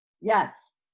Yes